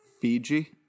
Fiji